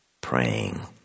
praying